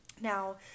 Now